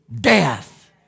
death